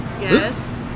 Yes